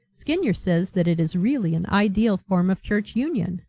skinyer says that it is really an ideal form of church union,